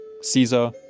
Caesar